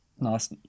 nice